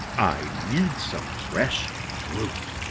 i need some fresh fruit.